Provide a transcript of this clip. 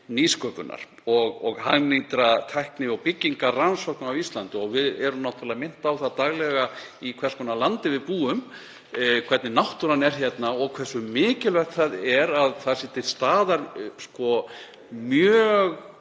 nýsköpunar og hagnýtra tækni- og byggingarrannsókna á Íslandi. Við erum náttúrlega minnt á það daglega í hvers konar landi við búum, hvernig náttúran er hérna og hversu mikilvægt það er að til staðar sé mjög